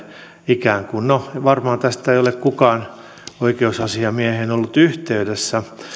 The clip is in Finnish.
ikään kuin no varmaan tästä ei ole kukaan oikeusasiamieheen ollut yhteydessä